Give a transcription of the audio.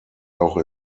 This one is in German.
auch